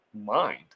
mind